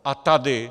A tady?